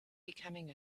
becoming